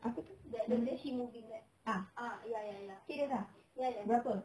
apa tu ah serious ah berapa